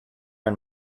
and